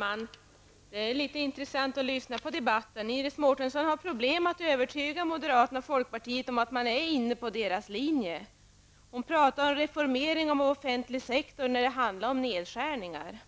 Fru talman! Det var intressant att lyssna på debatten. Iris Mårtensson har problem att övertyga moderaterna och folkpartiet om att socialdemokraterna är inne på deras linje. Hon talade om reformering av den offentliga sektorn när det handlar om nedskärningar.